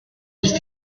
ist